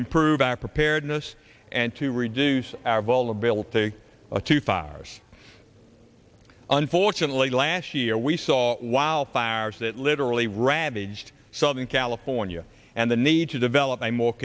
improve our preparedness and to reduce our vulnerable to a two fires unfortunately last year we saw wildfires that literally ravaged southern california and the need to develop a more